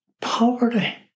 poverty